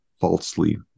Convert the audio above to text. falsely